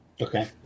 Okay